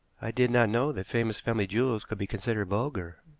i did not know that famous family jewels could be considered vulgar,